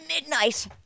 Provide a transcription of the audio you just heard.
midnight